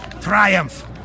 Triumph